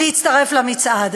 להצטרף למצעד.